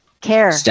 care